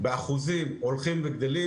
באחוזים הולכים וגדלים,